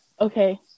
Okay